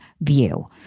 view